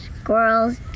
squirrels